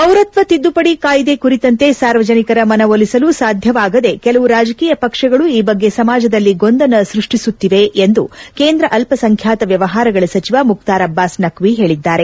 ಪೌರತ್ವ ತಿದ್ದುಪಡಿ ಕಾಯ್ದೆ ಕುರಿತಂತೆ ಸಾರ್ವಜನಿಕರ ಮನವೊಲಿಸಲು ಸಾಧ್ಯವಾಗದೆ ಕೆಲವು ರಾಜಕೀಯ ಪಕ್ಷಗಳು ಈ ಬಗ್ಗೆ ಸಮಾಜದಲ್ಲಿ ಗೊಂದಲ ಸೃಷ್ಷಿಸಲಾರಂಭಿಸುತ್ತವೆ ಎಂದು ಕೇಂದ್ರ ಅಲ್ಲಸಂಖ್ಯಾತ ವ್ಯವಹಾರಗಳ ಸಚಿವ ಮುಖ್ತಾರ್ ಅಬ್ಲಾಸ್ ನಖ್ವಿ ಹೇಳಿದ್ದಾರೆ